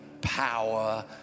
power